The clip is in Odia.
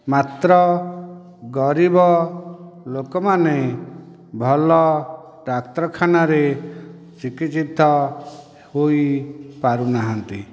ମାତ୍ର ଗରିବ ଲୋକମାନେ ଭଲ ଡାକ୍ତରଖାନାରେ ଚିକିତ୍ସିତ ହୋଇ ପାରୁନାହାନ୍ତି